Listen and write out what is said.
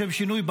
לשם שינוי,